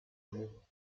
mot